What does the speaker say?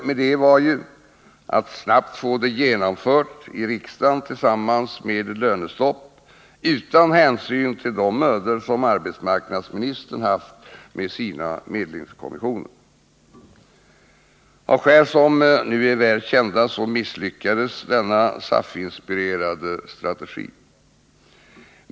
Avsikten var ju att snabbt få det genomfört i riksdagen tillsammans med lönestopp — utan hänsyn till de mödor som arbetsmarknadsministern hade haft med sina medlingskommissioner. Av skäl som nu är väl kända misslyckades denna SAF-inspirerade strategi.